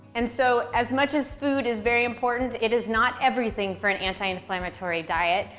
and so as much as food is very important, it is not everything for an anti-inflammatory diet.